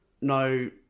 no